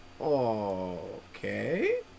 okay